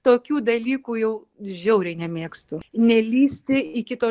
tokių dalykų jau žiauriai nemėgstu nelįsti į kito